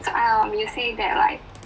um you see they're like